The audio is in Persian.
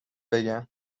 بگم